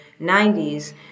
90s